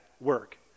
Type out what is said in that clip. work